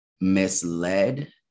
misled